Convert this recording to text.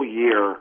year